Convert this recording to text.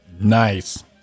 Nice